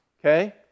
okay